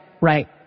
right